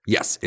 Yes